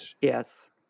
Yes